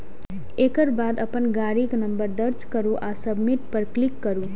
एकर बाद अपन गाड़ीक नंबर दर्ज करू आ सबमिट पर क्लिक करू